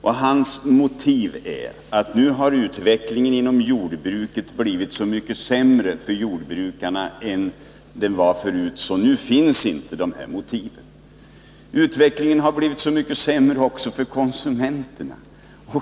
Arne Anderssons motiv är att utvecklingen inom jordbruket nu har blivit så mycket sämre för jordbrukarna än vad den var förut. Utvecklingen har blivit så mycket sämre också för konsumenterna.